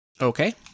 Okay